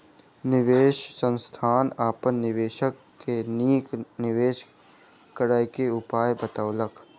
निवेश संस्थान अपन निवेशक के नीक निवेश करय क उपाय बतौलक